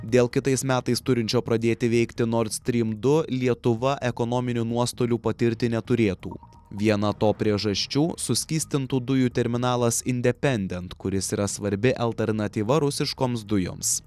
dėl kitais metais turinčio pradėti veikti nord strim du lietuva ekonominių nuostolių patirti neturėtų viena to priežasčių suskystintų dujų terminalas independent kuris yra svarbi alternatyva rusiškoms dujoms